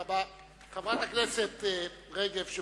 חברת הכנסת רגב,